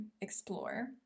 explore